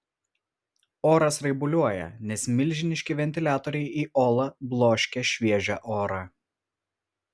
oras raibuliuoja nes milžiniški ventiliatoriai į olą bloškia šviežią orą